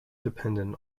dependent